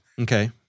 Okay